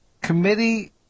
committee